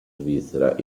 svizzera